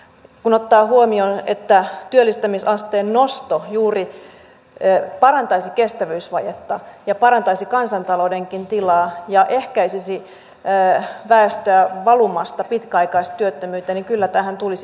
kun ottaa huomioon että työllistämisasteen nosto juuri parantaisi kestävyysvajetta ja parantaisi kansantaloudenkin tilaa ja ehkäisisi väestöä valumasta pitkäaikaistyöttömyyteen niin kyllä tähän tulisi panostaa